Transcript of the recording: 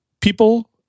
people